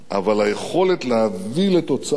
אבל היכולת להביא לתוצאה,